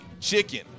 chicken